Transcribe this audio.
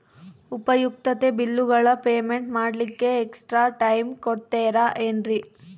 ಉಪಯುಕ್ತತೆ ಬಿಲ್ಲುಗಳ ಪೇಮೆಂಟ್ ಮಾಡ್ಲಿಕ್ಕೆ ಎಕ್ಸ್ಟ್ರಾ ಟೈಮ್ ಕೊಡ್ತೇರಾ ಏನ್ರಿ?